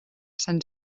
sant